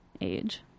age